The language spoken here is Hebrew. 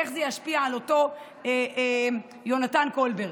איך זה ישפיע על אותו יונתן קולבר.